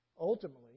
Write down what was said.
Ultimately